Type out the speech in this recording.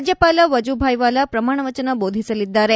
ರಾಜ್ಯಪಾಲ ವಜುಭಾಯಿ ವಾಲಾ ಪ್ರಮಾಣವಚನ ಬೋಧಿಸಲಿದ್ದಾರೆ